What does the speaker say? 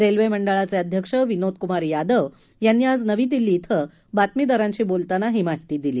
railway मंडळाचे अध्यक्ष विनोद कुमार यादव यांनी आज नवी दिल्ली क्वें बातमीदारांशी बोलताना ही माहिती दिली